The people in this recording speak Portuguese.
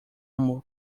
amor